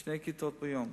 שתי כיתות ביום.